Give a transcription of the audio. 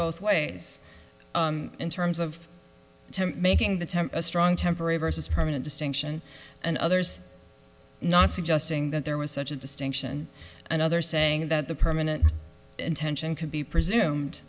both ways in terms of making the time a strong temporary versus permanent distinction and others not suggesting that there was such a distinction and others saying that the permanent intention can be presumed